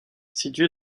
situé